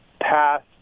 past